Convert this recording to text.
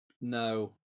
No